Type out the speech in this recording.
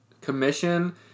commission